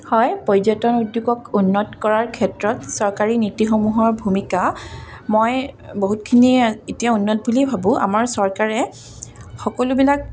হয় পৰ্যটন উদ্যোগক উন্নত কৰাৰ ক্ষেত্ৰত চৰকাৰী নীতিসমূহৰ ভূমিকা মই বহুতখিনি এতিয়া উন্নত বুলিয়েই ভাবোঁ আমাৰ চৰকাৰে সকলোবিলাক